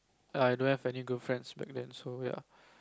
I don't have any girlfriends back then so ya